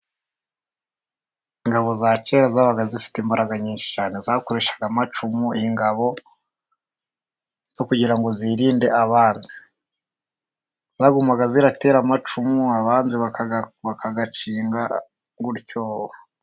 Ingabo za kera zabaga zifite imbaraga nyinshi cyane, zakoreshaga amacumu, ingabo kugira zirinde abanzi, zagumaga zitera amacumu abanzi bakayakinga gutyo.